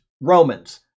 Romans